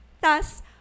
Thus